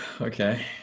Okay